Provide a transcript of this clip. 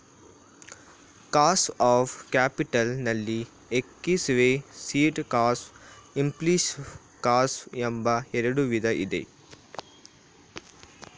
cost of capital ನಲ್ಲಿ explicit cost, implicit cost ಎಂಬ ಎರಡು ವಿಧ ಇದೆ